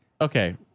Okay